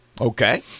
Okay